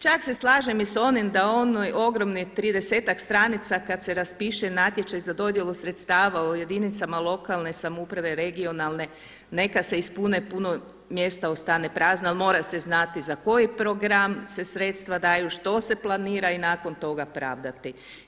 Čak se slažem i sa onim da onih ogromnih 30-ak stranica kada se raspiše natječaj za dodjelu sredstava o jedinicama lokalne samouprave, regionalne neka se ispune, puno mjesta ostane prazno ali mora se znati za koji program se sredstva daju, što se planira i nakon toga pravdati.